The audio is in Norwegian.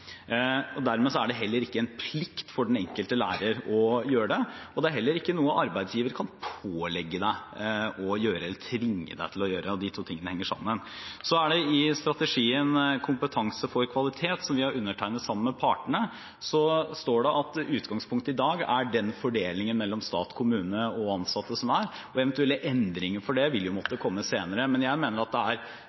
Dermed er det heller ikke en plikt for den enkelte lærer å gjøre det, og det er heller ikke noe arbeidsgiver kan pålegge deg å gjøre eller tvinge deg til å gjøre – og de to tingene henger sammen. I strategien Kompetanse for kvalitet, som vi har undertegnet sammen med partene, står det at utgangspunktet i dag er den fordelingen mellom stat, kommune og ansatte som er, og eventuelle endringer fra det vil måtte komme senere. Men jeg mener at videreutdanningsstrategien står seg med den fordelingen vi har i dag. Jeg tror også det er